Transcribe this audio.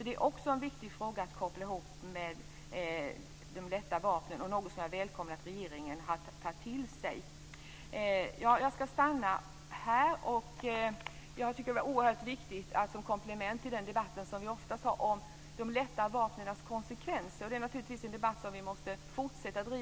Det är också en viktig fråga att koppla ihop med frågan om de lätta vapnen. Jag välkomnar att regeringen har tagit detta till sig. Jag tycker att denna debatt har varit oerhört viktig som komplement till den debatt vi oftast för, dvs. den om de lätta vapnens konsekvenser. Det är naturligtvis en debatt som vi måste fortsätta med.